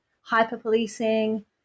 hyper-policing